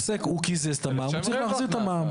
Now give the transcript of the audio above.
הוא קיזז את המע"מ, הוא צריך להחזיר את המע"מ.